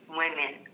women